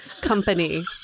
company